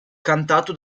cantato